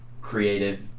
creative